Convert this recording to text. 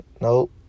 Nope